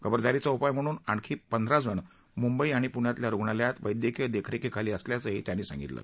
खबरदारीचा उपाय म्हणून म्हणून आणखी पंधरा जण मुंबई आणि पृण्यातल्या रुग्णालयांत वैदयकीय देखरेखीखाली असल्याचंही त्यांनी सांगितलं